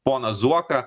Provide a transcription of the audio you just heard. poną zuoką